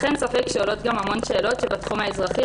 אך אין ספק שעולות גם המון שאלות בתחום האזרחי,